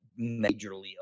majorly